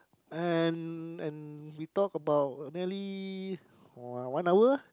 and and we talked about nearly one one hour